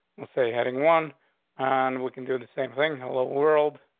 well, say heading one on, we can do the same thing. hello, world.